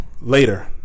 later